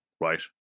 right